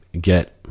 get